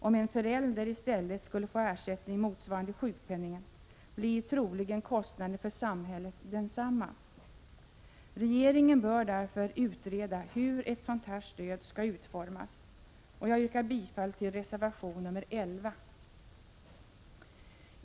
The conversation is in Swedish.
Om en förälder i stället skulle få ersättning motsvarande sjukpenningen, blir troligen kostnaden för samhället densamma. Regeringen bör därför utreda hur ett sådant stöd skall utformas. Jag yrkar bifall till reservation nr 11.